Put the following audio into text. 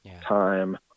time